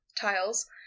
tiles